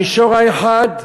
המישור האחד,